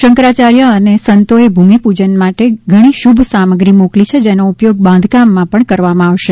શંકરાચાર્ય અને સંતોએ ભૂમિપૂજન માટે ઘણી શુભ સામગ્રી મોકલી છે જેનો ઉપયોગ બાંધકામમાં પણ કરવામાં આવશે